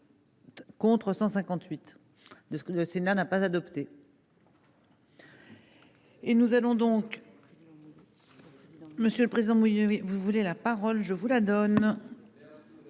Contre 158. De ce que le Sénat n'a pas adopté.